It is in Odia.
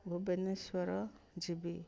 ଭୁବନେଶ୍ୱର ଯିବି